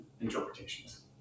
interpretations